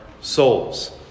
souls